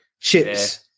chips